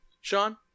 sean